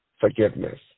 forgiveness